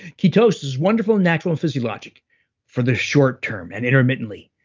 ketosis is wonderful, and natural, and physiologic for the short-term and intermittently,